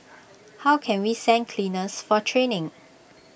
how can we send cleaners for training